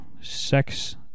sex